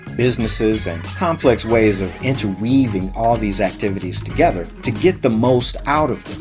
businesses and complex ways of interweaving all these activities together to get the most out of